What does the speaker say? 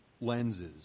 lenses